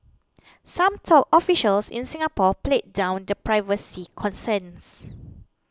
some top officials in Singapore played down the privacy concerns